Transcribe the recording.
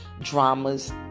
dramas